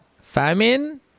Famine